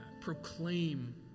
proclaim